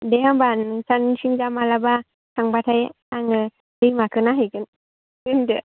दे होमब्ला नोंसानिथिंजा माब्लाबा थांब्लाथाय आङो दैमाखो नाहैगोन दोन्दो